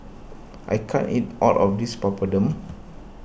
I can't eat all of this Papadum